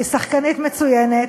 היא שחקנית מצוינת.